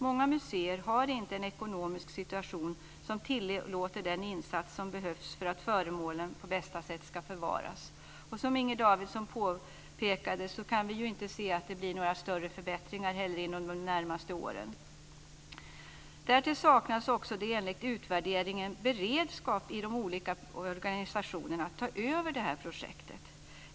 Många museer har inte en ekonomisk situation som tillåter den insats som behövs för att föremålen på bästa sätt ska förvaras. Som Inger Davidson påpekade så kan vi ju inte heller se att det blir några större förbättringar under de närmaste åren. Därtill saknas det också enligt utvärderingen beredskap i de olika organisationerna att ta över detta projekt.